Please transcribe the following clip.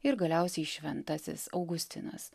ir galiausiai šventasis augustinas